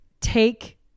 take